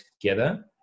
together